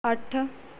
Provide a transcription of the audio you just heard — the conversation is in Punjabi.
ਅੱਠ